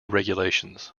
regulations